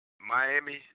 Miami